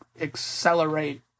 accelerate